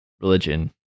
religion